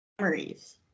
memories